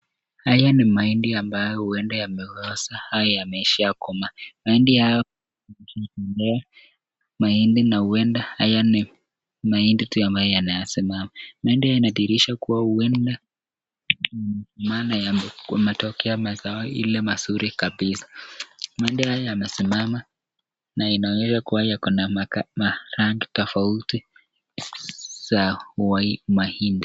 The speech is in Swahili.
Haya ni mahindi ambayo huenda yame oza haya imeishia koma. Mahindi hayo imeenda mahindi na huenda haya ni mahindi tu ambayo yanaisimama. Mahindi yanadirisha kuwa huenda maana ya ma wame yatokea mazao ile mazuri kabisa. Mahindi haya yamesimama na inaonyesha kuwa yako na ma rangi tofauti za wa mahindi.